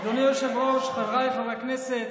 אדוני היושב-ראש, חבריי חברי הכנסת,